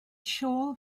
siôl